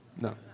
No